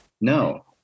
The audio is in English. No